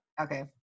Okay